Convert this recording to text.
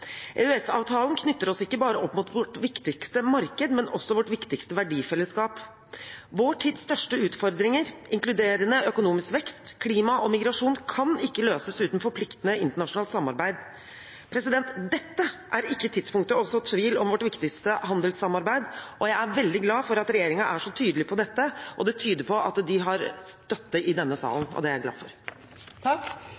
knytter oss ikke bare opp mot vårt viktigste marked, men også vårt viktigste verdifellesskap. Vår tids største utfordringer – inkluderende økonomisk vekst, klima og migrasjon – kan ikke løses uten forpliktende internasjonalt samarbeid. Dette er ikke tidspunktet for å så tvil om vårt viktigste handelssamarbeid, og jeg er veldig glad for at regjeringen er så tydelig på dette. Det tyder på at de har støtte i denne